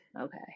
Okay